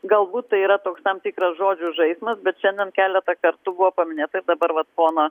galbūt tai yra toks tam tikras žodžių žaismas bet šiandien keletą kartų buvo paminėta ir dabar vat pono